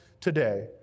today